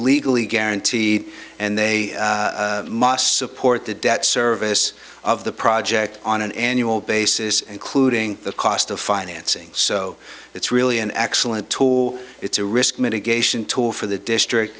legally guaranteed and they must support the debt service of the project on an annual basis including the cost of financing so it's really an excellent tool it's a risk mitigation tool for the